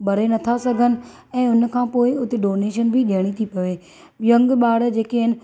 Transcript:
भरे न था सघनि ऐं उन खाइ पोइ हुते डोनेशन बि ॾियणी थी पवे यंग ॿार जेके आहिनि